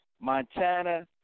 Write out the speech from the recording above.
Montana